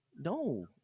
no